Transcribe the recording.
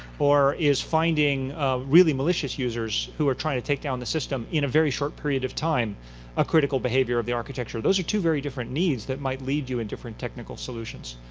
or is finding really malicious users who are trying to take down the system in a very short period of time a critical behavior of the architecture? those are two very different needs that might lead you in different technical solutions.